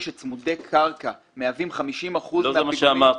אומר לי שצמודי קרקע מהווים 50% --- לא זה מה שאמרתי.